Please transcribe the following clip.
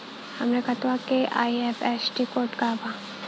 हमरे खतवा के आई.एफ.एस.सी कोड का बा?